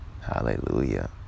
Hallelujah